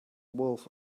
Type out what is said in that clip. wolf